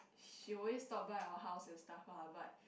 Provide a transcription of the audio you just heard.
she always stop by our house and stuff lah but